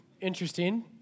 Interesting